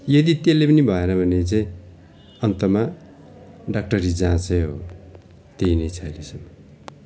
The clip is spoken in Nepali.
यदि त्यसले पनि भएन भने चाहिँ अन्तमा डाक्टरी जाँचै हो त्यहीँ नै छ अहिलेसम्म